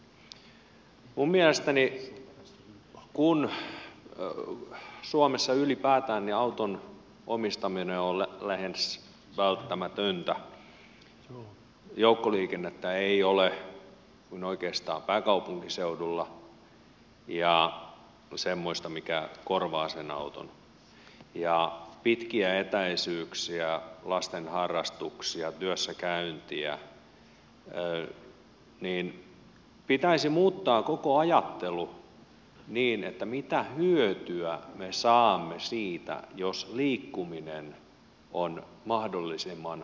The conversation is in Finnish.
minun mielestäni kun suomessa ylipäätään auton omistaminen on lähes välttämätöntä joukkoliikennettä ei ole kuin oikeastaan pääkaupunkiseudulla ja semmoista mikä korvaa sen auton ja on pitkiä etäisyyksiä lasten harrastuksia työssäkäyntiä pitäisi muuttaa koko ajattelu niin että mitä hyötyä me saamme siitä jos liikkuminen on mahdollisimman halpaa